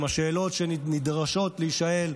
עם השאלות שנדרשות להישאל,